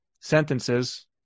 sentences